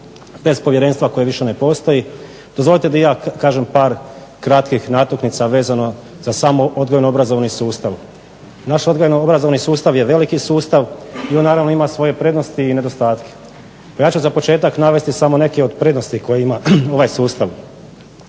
bez povjerenstva koje više ne postoji dozvolite da i ja kažem par kratkih natuknica vezano za samo odgojno obrazovni sustav. Naš odgojno-obrazovni sustav je veliki sustav i on naravno ima svoje prednosti i nedostatke. Evo ja ću za početak navesti samo neke od prednosti koje ima ovaj sustav.